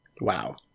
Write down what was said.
Wow